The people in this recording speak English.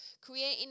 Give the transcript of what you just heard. creating